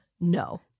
No